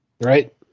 Right